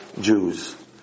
Jews